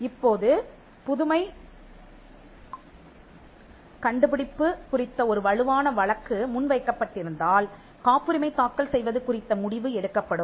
இப்போது புதுமை மற்றும் கண்டுபிடிப்பு குறித்த ஒரு வலுவானவழக்கு முன் வைக்கப் பட்டிருந்தால் காப்புரிமை தாக்கல் செய்வது குறித்த முடிவு எடுக்கப்படும்